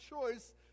choice